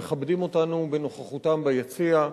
שמכבדים אותנו בנוכחותם ביציע,